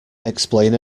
explain